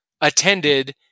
attended